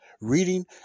Reading